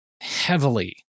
heavily